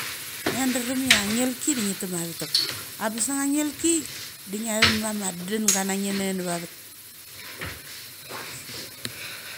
Ngia drem ia ngel ki da ngetemathek. Abes na nga ngelki, de ngia tam guma dun dun ganage nae nava vat.